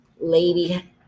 lady